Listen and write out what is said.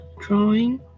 drawing